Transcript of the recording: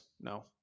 No